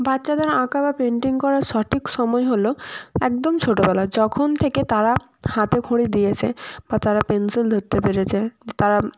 বাচ্চাদের আঁকা বা পেন্টিং করার সঠিক সময় হল একদম ছোটোবেলা যখন থেকে তারা হাঁতে খঁড়ি দিয়েছে বা তারা পেনসিল ধরতে পেরেছে তারা